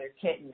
kitten